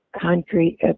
concrete